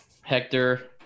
Hector